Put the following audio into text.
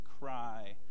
cry